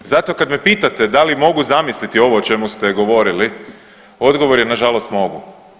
Zato kad me pitati da li mogu zamisliti ovo o čemu ste govorili, odgovor je nažalost mogu.